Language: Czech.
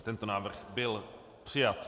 Tento návrh byl přijat.